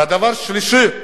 והדבר השלישי,